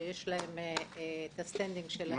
יש להם את ה"סטנדינג" שלהם,